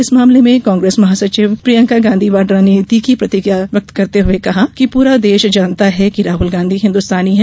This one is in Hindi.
इस मामले में कांग्रेस महासचिव प्रियंका गांधी वाड्रा ने तीखी प्रतिक्रिया व्यक्त करते हुये कहा कि पूरा देश जानता है कि राहुल गांधी हिन्दुस्तानी है